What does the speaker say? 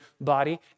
body